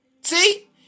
See